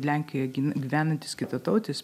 lenkijoj gyvenantis kitatautis